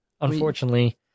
Unfortunately